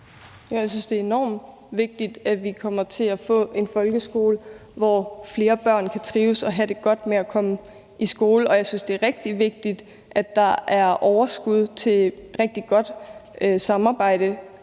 jeg synes, det er enormt vigtigt, at vi kommer til at få en folkeskole, hvor flere børn kan trives og have det godt med at komme i skole, og jeg synes, det er rigtig vigtigt, at der er overskud til rigtig godt samarbejde